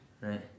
Right